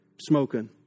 smoking